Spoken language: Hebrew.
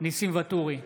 ניסים ואטורי,